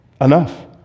Enough